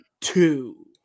two